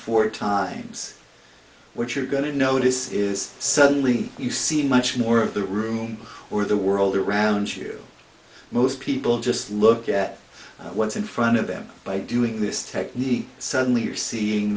four times what you're going to notice is suddenly you see much more of the room or the world around you most people just look at what's in front of them by doing this technique suddenly you're seeing